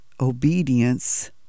obedience